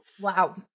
Wow